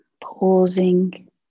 Pausing